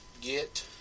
get